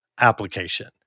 application